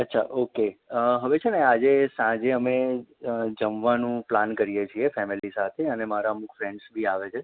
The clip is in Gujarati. અચ્છા ઓકે હવે આજે સાંજે અમે જમવાનું પ્લાન કરીએ છીએ ફેમિલી સાથે અને મારા ફ્રેડન્સ બી આવે છે